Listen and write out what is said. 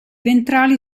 ventrali